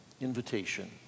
invitation